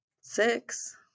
six